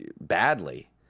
badly